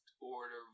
order